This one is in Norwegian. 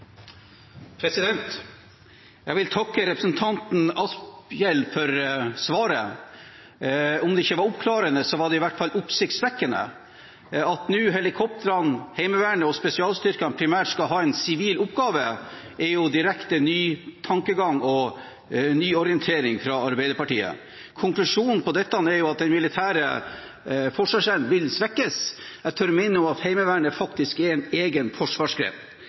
båtene. Jeg vil takke representanten Asphjell for svaret. Om det ikke var oppklarende, var det i hvert fall oppsiktsvekkende. At helikoptrene, Heimevernet og spesialstyrkene nå primært skal ha en sivil oppgave, er en direkte ny tankegang og nyorientering fra Arbeiderpartiets side. Konklusjonen på dette er at den militære forsvarsevnen vil svekkes. Jeg tør minne om at Heimevernet faktisk er en egen forsvarsgren.